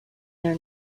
their